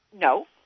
No